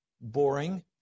boring